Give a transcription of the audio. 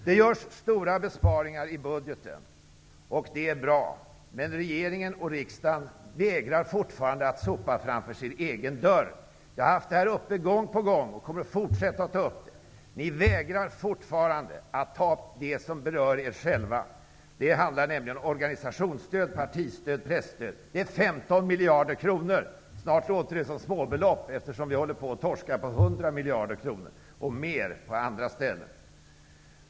Det görs stora besparingar i budgeten, och det är bra, men regeringen och riksdagen vägrar fortfarande att sopa framför sin egen dörr. Jag har tagit upp det här exemplet gång på gång och kommer att fortsätta med det. Ni vägrar fortfarande att ta upp det som berör er själva. Det handlar om organisationsstöd, partistöd och presstöd. Dessa stödformer kostar 15 miljarder kronor. Snart låter det som småbelopp, eftersom vi håller på att torska på hundra miljarder kronor och mer på andra ställen.